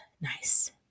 nice